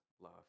love